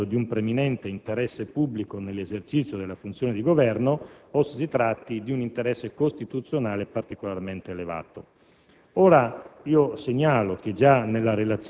se si è agito per «il perseguimento di un preminente interesse pubblico nell'esercizio della funzione di Governo» oppure se si tratta di un interesse costituzionale particolarmente elevato.